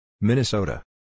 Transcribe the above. Minnesota